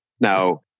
Now